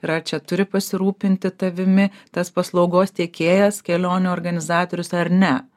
ir ar čia turi pasirūpinti tavimi tas paslaugos tiekėjas kelionių organizatorius ar ne